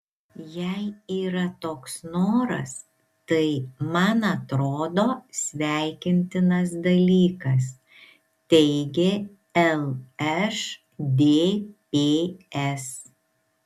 jei yra toks noras tai man atrodo sveikintinas dalykas teigė lšdps